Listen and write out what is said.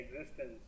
existence